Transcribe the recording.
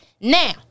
Now